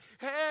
hey